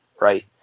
right